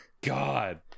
God